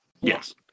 yes